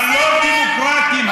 הלא-דמוקרטיים,